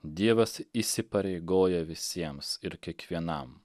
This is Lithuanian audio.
dievas įsipareigoja visiems ir kiekvienam